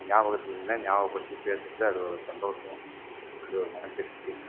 ஞாபகத்துலருந்தால் ஞாபகப்படுத்தி பேசுகிறது அது ஒரு சந்தோஷம் அது ஒரு மன திருப்தி